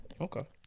Okay